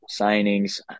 signings